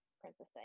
Princess